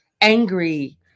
angry